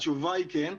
התשובה היא כן.